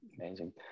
amazing